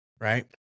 Right